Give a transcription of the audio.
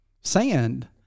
sand